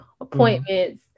appointments